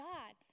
God